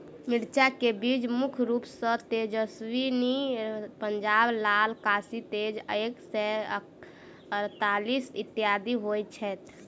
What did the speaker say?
मिर्चा केँ बीज मुख्य रूप सँ तेजस्वनी, पंजाब लाल, काशी तेज एक सै अड़तालीस, इत्यादि होए छैथ?